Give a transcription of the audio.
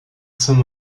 saint